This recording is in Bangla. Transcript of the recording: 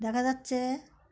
দেখা যাচ্ছে